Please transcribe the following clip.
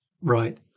Right